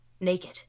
naked